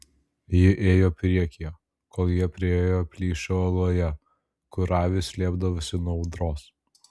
ji ėjo priekyje kol jie priėjo plyšį uoloje kur avys slėpdavosi nuo audros